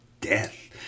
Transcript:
death